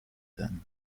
dame